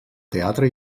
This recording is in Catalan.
teatre